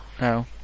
No